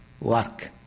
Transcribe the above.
work